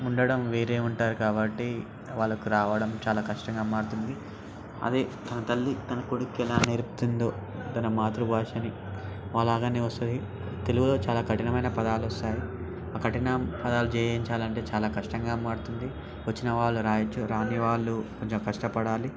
ఉండటం వేరే ఉంటారు కాబట్టి వాళ్ళకి రావడం చాలా కష్టంగా మారుతుంది అదే తన తల్లి తన కొడుక్కి ఎలా నేర్పుతుందో తన మాతృభాషని అలాగనే వస్తుంది తెలుగులో చాలా కఠినమైన పదాలు వస్తాయి ఆ కఠిన పదాలు జయించాలంటే చాలా కష్టంగా మారుతుంది వచ్చిన వాళ్ళు వ్రాయచ్చు రాని వాళ్ళు కొంచెం కష్టపడాలి